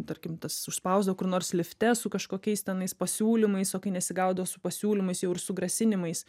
tarkim tas užspausdavo kur nors lifte su kažkokiais tenais pasiūlymais o kai nesigaudovo su pasiūlymais jau ir su grasinimais